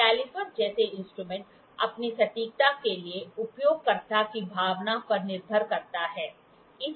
calliper जैसे instrument अपनी सटीकता के लिए उपयोगकर्ता की भावना पर निर्भर करते हैं